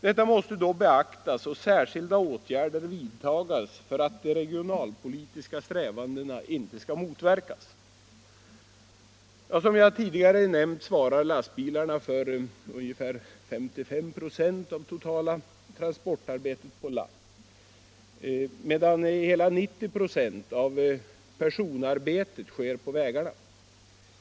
Detta måste då beaktas och särskilda åtgärder vidtagas för att de regionalpolitiska strävandena inte skall motverkas. Som jag tidigare nämnt svarar lastbilarna för ungefär 55 96 av det totala transportarbetet på land, medan hela 90 96 av persontransportarbetet sker på vägarna.